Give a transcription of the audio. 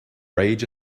rage